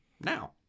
now